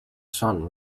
sun